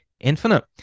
infinite